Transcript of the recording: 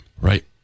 Right